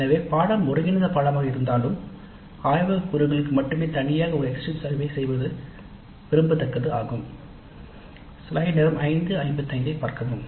எனவே பாடநெறி ஒருங்கிணைந்த பாடநெறியாக இருந்தாலும் ஆய்வகக் கூறுகளுக்கு மட்டுமே தனியே ஒரு எக்ஸிட் சர்வே செய்வது விரும்பத்தக்கது ஆகும்